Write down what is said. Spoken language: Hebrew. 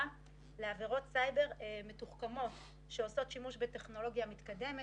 לעבירות סייבר מתוחכמות שעושות שימוש בטכנולוגיה מתקדמת,